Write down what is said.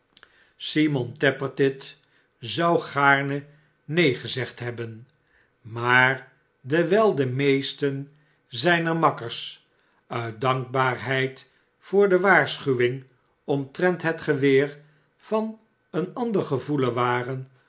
simon tappertit zou gaarne neen gezegd hebben maar dewijl de meesten zijner makkers uit dankbaarheid voor de waarschuwimj geweer van een andr gevoelen waren